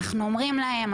"אנחנו אומרים להם",